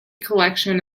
collection